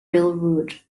railroad